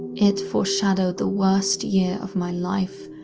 it foreshadowed the worst year of my life,